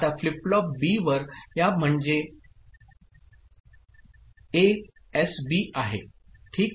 आता flip flop B वर या म्हणजे हे एसबी आहे ठीक